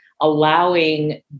allowing